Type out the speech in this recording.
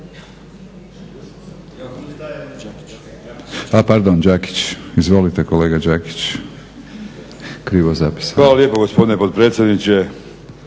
Hvala lijepo gospodine potpredsjedniče.